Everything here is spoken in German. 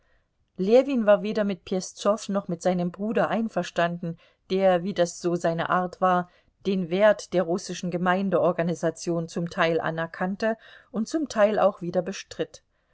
ljewin war weder mit peszow noch mit seinem bruder einverstanden der wie das so seine art war den wert der russischen gemeindeorganisation zum teil anerkannte und zum teil auch wieder bestritt